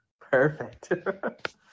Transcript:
Perfect